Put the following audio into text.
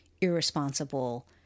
irresponsible